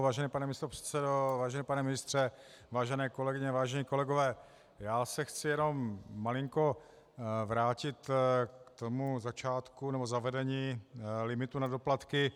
Vážený pane místopředsedo, vážený pane ministře, vážené kolegyně, vážení kolegové, já se chci jenom malinko vrátit k zavedení limitu na doplatky.